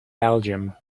belgium